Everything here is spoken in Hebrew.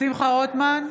שמחה רוטמן,